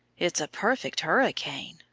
it's a perfect hurricane,